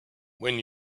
when